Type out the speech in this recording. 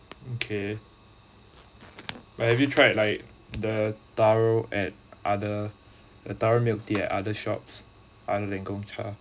okay but have you tried like the taro at other the taro milk tea at other shops other gong-cha